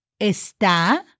está